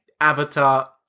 Avatar